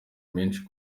menshi